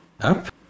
up